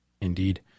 Indeed